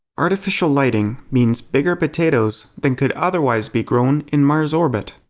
artificial lighting means bigger potatoes than could otherwise be grown in mars orbit.